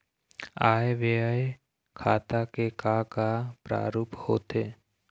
आय व्यय खाता के का का प्रारूप होथे?